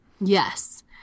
Yes